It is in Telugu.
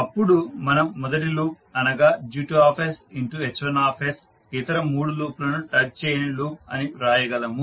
అప్పుడు మనం మొదటి లూప్ అనగా G2sH1 ఇతర 3 లూప్లను టచ్ చేయని లూప్ అని వ్రాయగలము